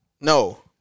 No